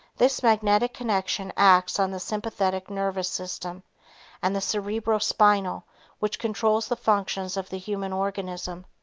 this magnetic connection acts on the sympathetic nervous system and the cerebro spinal which controls the functions of the human organism.